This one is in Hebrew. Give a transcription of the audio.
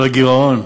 על הגירעון.